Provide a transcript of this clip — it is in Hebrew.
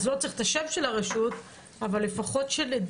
לא צריך לנקוב בשם של הרשות, אבל לפחות שנדע